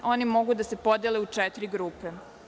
One mogu da se podele u četiri grupe.